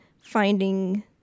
finding